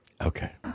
Okay